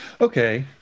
Okay